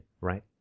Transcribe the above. right